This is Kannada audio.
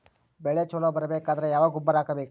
ಬೆಳಿ ಛಲೋ ಬರಬೇಕಾದರ ಯಾವ ಗೊಬ್ಬರ ಹಾಕಬೇಕು?